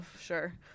sure